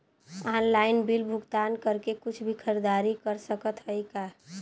Online bill भुगतान करके कुछ भी खरीदारी कर सकत हई का?